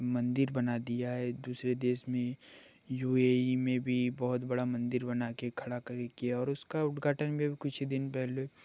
मंदिर बना दिया है दुसरे देश में यू ए इ में भी बहुत बड़ा मंदिर बना कर खड़ा करी किया और उसका उद्घाटन भी कुछ ही दिन पहले